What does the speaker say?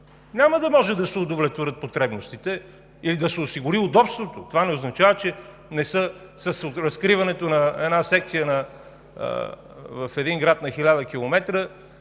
Няма да може да се удовлетворят потребностите или да се осигури удобството. Това не означава, че с разкриването на една секция в един град на 1000 км,